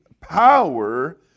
power